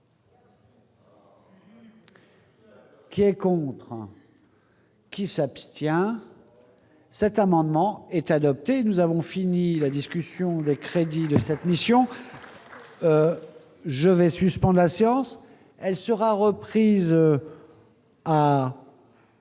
Qui est contre qui s'abstient, cet amendement est adopté, nous avons fini la discussion des crédits de cette mission je vais suspend la séance, elle sera reprise.